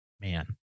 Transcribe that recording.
man